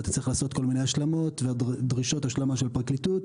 אתה צריך לעשות כל מיני השלמות ודרישות השלמה של הפרקליטות.